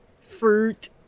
Fruit